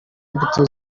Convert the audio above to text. mbuto